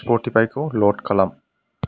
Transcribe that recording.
स्पतिफायखौ लड खालाम